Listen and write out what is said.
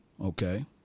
Okay